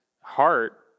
heart